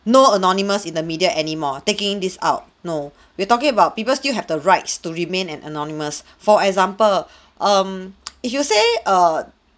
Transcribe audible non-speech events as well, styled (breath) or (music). no anonymous in the media anymore taking this out no (breath) we're talking about people still have the rights to remain an anonymous (breath) for example (breath) um (noise) if you say err